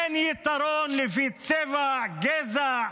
אין יתרון לפי צבע, גזע,